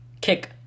Kick